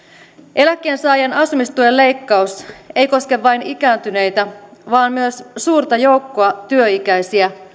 eläkkeensaajien asumistuen leikkaus ei koske vain ikääntyneitä vaan myös suurta joukkoa työikäisiä